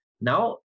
Now